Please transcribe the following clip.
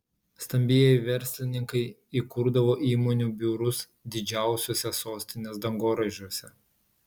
stambieji verslininkai įkurdavo įmonių biurus didžiausiuose sostinės dangoraižiuose